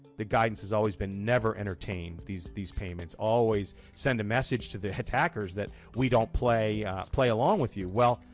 the guidance has always been never entertain these these payments. always send a message to the attackers that we don't play play along with you. well,